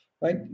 right